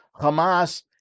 Hamas